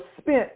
spent